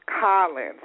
Collins